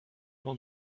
one